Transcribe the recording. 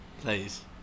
please